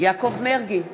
יעקב מרגי,